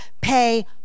pay